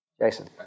Jason